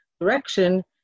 direction